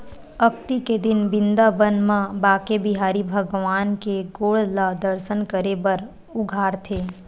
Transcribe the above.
अक्ती के दिन बिंदाबन म बाके बिहारी भगवान के गोड़ ल दरसन करे बर उघारथे